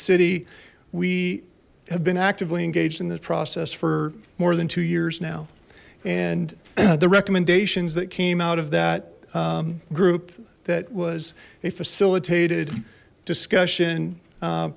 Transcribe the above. city we have been actively engaged in this process for more than two years now and the recommendations that came out of that group that was a facilitated discussion